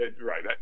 Right